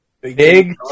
Big